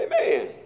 Amen